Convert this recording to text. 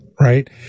right